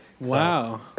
Wow